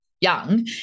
young